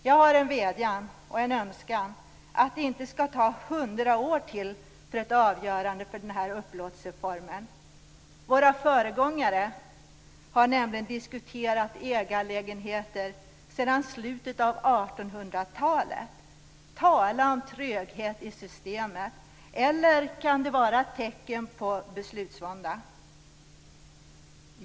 Jag har en vädjan, en önskan, att det inte skall ta hundra år till för ett avgörande vad gäller denna upplåtelseform. Våra föregångare har nämligen diskuterat ägarlägenheter sedan slutet av 1800-talet. Tala om tröghet i systemet! Eller kan det vara ett tecken på beslutsvånda?